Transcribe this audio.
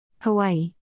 Hawaii